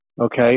Okay